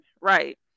right